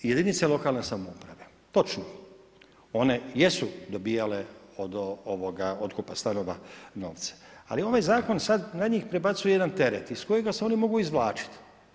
Jedinice lokalne samouprave, točno one jesu dobijale od otkupa stanova novce, ali ovaj zakon sad na njih prebacuju jedan teret iz kojega se oni mogu izvlačiti.